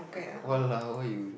!walao! eh